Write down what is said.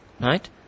right